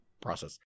process